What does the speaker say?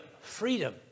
freedom